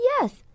yes